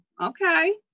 Okay